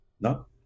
no